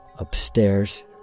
Upstairs